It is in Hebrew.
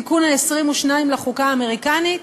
התיקון ה-22 לחוקה האמריקנית: